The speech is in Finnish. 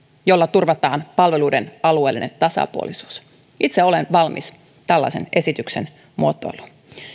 jolla turvataan palveluiden alueellinen tasapuolisuus itse olen valmis tällaisen esityksen muotoiluun